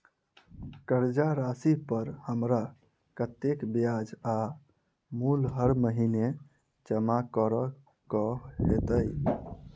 कर्जा राशि पर हमरा कत्तेक ब्याज आ मूल हर महीने जमा करऽ कऽ हेतै?